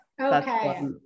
Okay